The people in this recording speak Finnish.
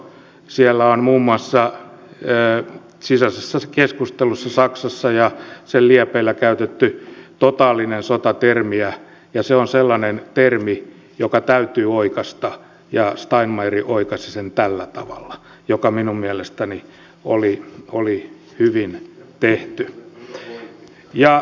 saksassa on muun muassa sisäisessä keskustelussa ja sen liepeillä käytetty totaalinen sota termiä ja se on sellainen termi joka täytyy oikaista ja steinmeier oikaisi sen tällä tavalla mikä minun mielestäni oli hyvin tehty